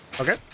Okay